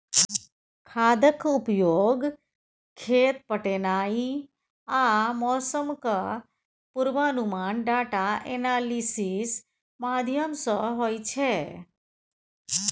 खादक उपयोग, खेत पटेनाइ आ मौसमक पूर्वानुमान डाटा एनालिसिस माध्यमसँ होइ छै